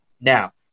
now